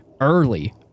early